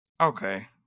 okay